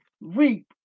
reap